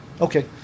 okay